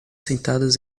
sentadas